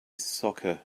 soccer